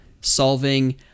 solving